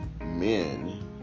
men